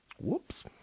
Whoops